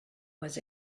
was